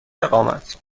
اقامت